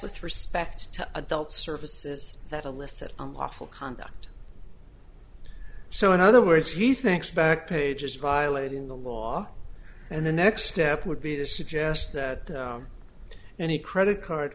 with respect to adult services that a list of unlawful conduct so in other words he thinks back pages violating the law and the next step would be to suggest that any credit card